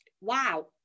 wow